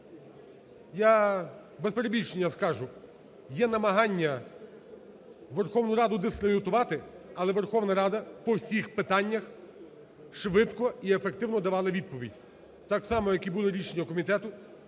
Я без перебільшення скажу: є намагання Верховну Раду дискредитувати, але Верховна Рада по всіх питаннях швидко і ефективно давала відповідь. Так само, як і були рішення комітету,